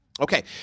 Okay